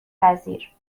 پذیر